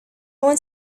one